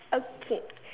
okay